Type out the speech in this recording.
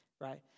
right